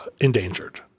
endangered